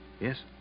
Yes